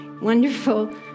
Wonderful